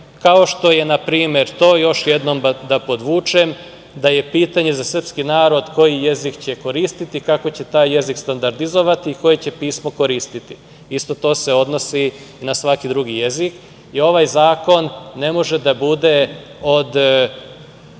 kao što je na primer, to još jednom da podvučem, da je pitanje za srpski narod koji jezik će koristiti, kako će taj jezik standardizovati i koje će pismo koristiti. Isto to se odnosi i na svaki drugi jezik i ovaj zakon ne može da bude od